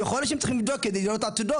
יכול להיות שהם צריכים לבדוק כדי לראות עתידות,